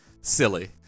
silly